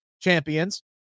champions